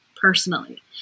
personally